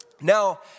Now